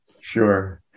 sure